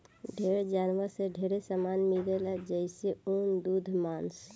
ढेर जानवर से ढेरे सामान मिलेला जइसे ऊन, दूध मांस